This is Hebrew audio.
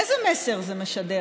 איזה מסר זה משדר